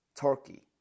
turkey